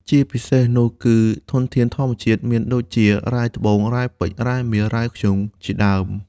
ជាពិសេសនោះ គឺធនធានធម្មជាតិ មានដូចជា រ៉ែត្បូង រ៉ែពេជ្រ រ៉ែមាស រ៉ែធ្យូង ជាដើម។